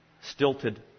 stilted